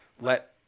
Let